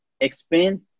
expense